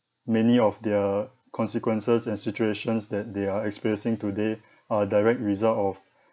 many of their consequences and situations that they are experiencing today are direct result of